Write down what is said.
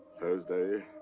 thursday.